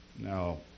Now